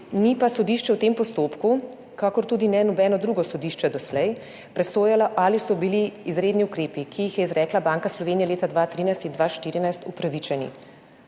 Ni pa sodišče v tem postopku, kakor tudi ne nobeno drugo sodišče doslej, presojalo, ali so bili izredni ukrepi, ki jih je izrekla Banka Slovenije leta 2013 in 2014, upravičeni.